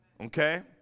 Okay